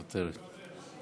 מוותרת.